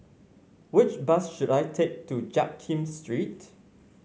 which bus should I take to Jiak Kim Street